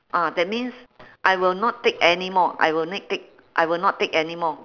ah that means I will not take anymore I will only take I will not take anymore